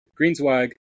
Greenswag